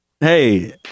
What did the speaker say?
Hey